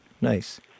Nice